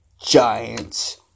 Giants